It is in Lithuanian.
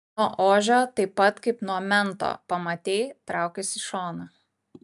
nuo ožio taip pat kaip nuo mento pamatei traukis į šoną